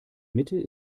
mitte